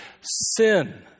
sin